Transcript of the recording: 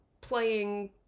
playing